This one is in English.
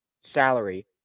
salary